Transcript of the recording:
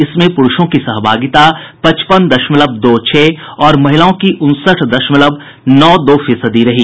इसमें पुरूषों की सहभागिता पचपन दशमलव दो छह और महिलाओं की उनसठ दशमलव नौ दो फीसदी रही